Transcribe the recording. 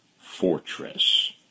fortress